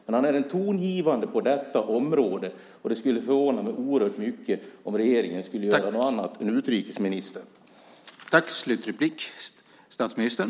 Han är hur som helst tongivande på detta område, och det skulle förvåna mig oerhört mycket om regeringen skulle göra något annat än utrikesministern.